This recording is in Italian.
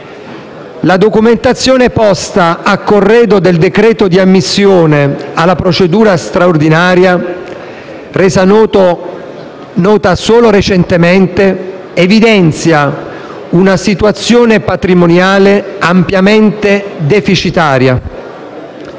La documentazione posta a corredo del decreto di ammissione alla procedura straordinaria, resa nota solo recentemente, evidenzia una situazione patrimoniale ampiamente deficitaria.